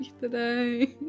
today